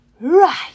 Right